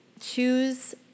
choose